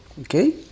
Okay